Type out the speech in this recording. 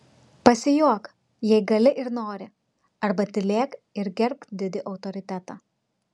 pasijuok jei gali ir nori arba tylėk ir gerbk didį autoritetą